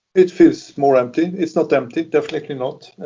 it feels more empty. it's not empty, definitely not.